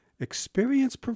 Experience